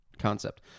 concept